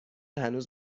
هنوز